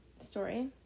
story